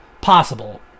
Possible